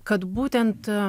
kad būtent